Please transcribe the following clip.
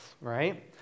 right